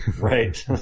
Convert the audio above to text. Right